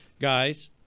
guys